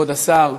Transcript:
כבוד השר,